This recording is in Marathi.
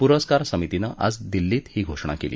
पुरस्कार समितीनं आज दिल्लीत ही घोषणा केली